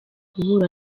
uhura